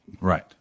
Right